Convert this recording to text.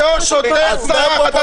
הוא סרח.